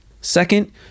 Second